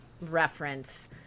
reference